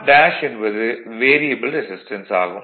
Rfஎன்பது variable resistance ஆகும்